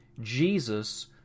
Jesus